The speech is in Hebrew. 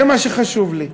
זה מה שחשוב לי.